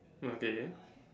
okay